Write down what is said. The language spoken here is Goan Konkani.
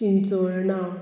चिंचोळणां